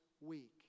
week